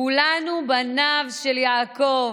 כולנו בניו של יעקב,